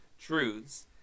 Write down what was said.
truths